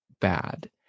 bad